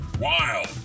wild